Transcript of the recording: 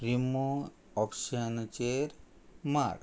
रिमो ऑप्शनचेर मार